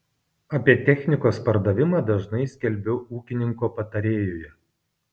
apie technikos pardavimą dažnai skelbiu ūkininko patarėjuje